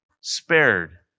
spared